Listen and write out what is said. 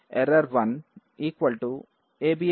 err1 abs